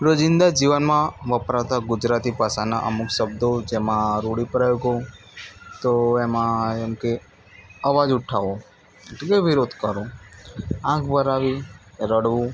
રોજિંદા જીવનમાં વપરાતા ગુજરાતી ભાષાના અમુક શબ્દો જેમાં રૂઢીપ્રયોગો તો એમાં એમ કે અવાજ ઉઠાવવો એટલે કે વિરોધ કરવો આંખ ભરાવી કે રડવું